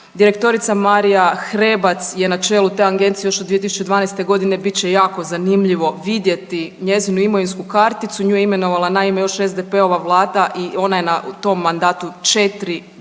Direktorica Marija Hrebac je na čelu te agencije još od 2012. godine bit će jako zanimljivo vidjeti njezinu imovinsku karticu, nju je imenovala naime još SDP-ova vlada i ona je na tom mandatu 4 godine.